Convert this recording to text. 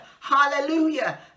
hallelujah